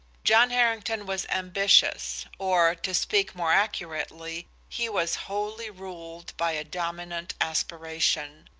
john harrington was ambitious, or, to speak more accurately, he was wholly ruled by a dominant aspiration.